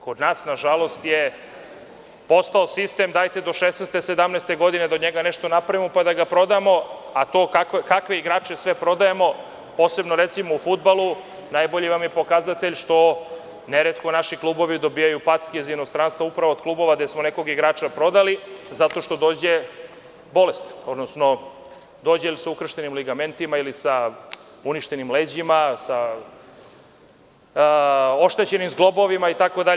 Kod nas je nažalost postao sistem dajte do šesnaeste, sedamnaeste godine da od njega nešto napravimo pa da ga prodamo, a to kakve igrače sve prodajemo, posebno recimo, u fudbalu, najbolji vam je pokazatelj što neretko naši klubovi dobijaju packe za inostranstvo upravo od klubova gde smo nekog igrača prodali zato što dođe bolestan, odnosno dođe sa ukrštenim ligamentima ili sa uništenim leđima, sa oštećenim zglobovima itd.